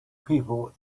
people